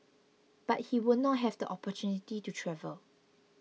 but he would not have the opportunity to travel